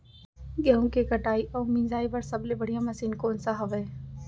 गेहूँ के कटाई अऊ मिंजाई बर सबले बढ़िया मशीन कोन सा हवये?